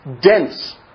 dense